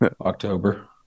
October